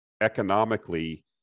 economically